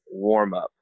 warmup